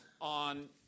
on